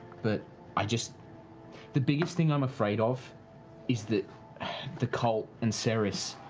but i just the biggest thing i'm afraid of is that the cult and serissa,